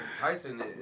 Tyson